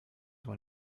when